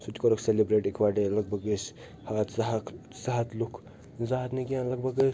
سُہ تہِ کوٚرُکھ سیٚلِبرٛیٹ اِکووٹٔے لگ بھگ ٲسۍ ہتھ زٕ ہکھ زٕ ہتھ لوٗکھ زٕ ہتھ نہٕ کیٚنٛہہ لگ بھگ ٲسۍ